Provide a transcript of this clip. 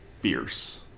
fierce